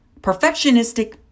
perfectionistic